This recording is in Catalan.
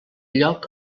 lloc